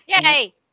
yay